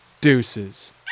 deuces